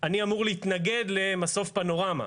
אני אמור להתנגד למסוף פנורמה,